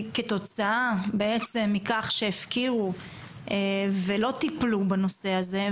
כתוצאה בעצם מכך שהפקירו ולא טיפלו בנושא הזה,